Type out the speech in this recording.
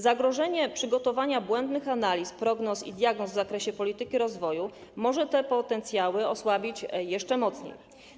Zagrożenie przygotowania błędnych analiz, prognoz i diagnoz w zakresie polityki rozwoju może te potencjały osłabić jeszcze mocniej.